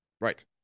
Right